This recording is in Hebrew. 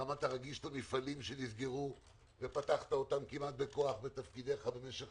כמה אתה רגיש למפעלים שנסגרו ופתחת אותם כמעט בכוח בתפקידיך משך